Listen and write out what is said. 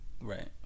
Right